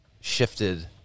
shifted